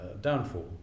downfall